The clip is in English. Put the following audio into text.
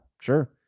Sure